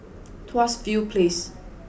Tuas View Place